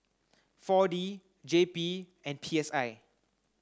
four D J P and P S I